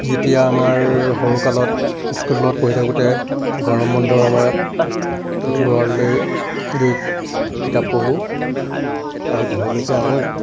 যেতিয়া আমাৰ সৰুকালত স্কুলত পঢ়ি থাকোঁতে গৰম বন্ধৰ সময়ত পুথিভঁৰাললৈ গৈ কিতাপ পঢ়োঁ আৰু ঘৰলৈকো আনোঁ